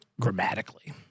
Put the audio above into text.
Grammatically